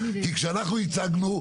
כי כשאנחנו ייצגנו,